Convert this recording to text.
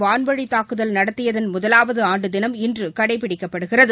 வான்வழித் தாக்குதல் நடத்தியதன் முதலாவது ஆண்டு தினம் இன்று கடைபிடிக்கப்படுகிறது